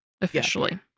officially